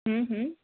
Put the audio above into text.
ہوں ہوں